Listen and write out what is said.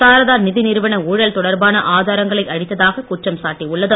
சாரதா நிதி நிறுவன ஊழல் தொடர்பான ஆதாரங்களை அழித்ததாக குற்றம் சாட்டியுள்ளது